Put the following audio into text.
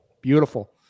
Beautiful